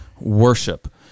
worship